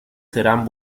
serán